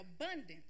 abundance